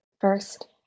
first